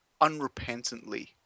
unrepentantly